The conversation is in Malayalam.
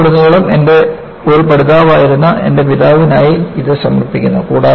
ജീവിതത്തിലുടനീളം ഒരു പഠിതാവായിരുന്ന എന്റെ പിതാവിനായി ഇത് സമർപ്പിക്കുന്നു